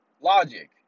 logic